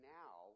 now